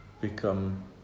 become